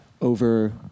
over